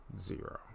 Zero